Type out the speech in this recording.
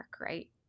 right